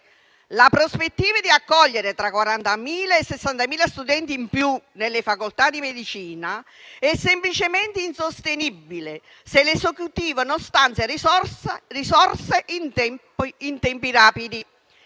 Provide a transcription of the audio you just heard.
La prospettiva di accogliere tra 40.000 e 60.000 studenti in più nelle facoltà di medicina è semplicemente insostenibile se l'Esecutivo non stanzia risorse in tempi rapidi.